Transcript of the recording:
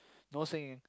no singing